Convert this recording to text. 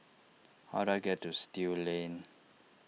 how do I get to Still Lane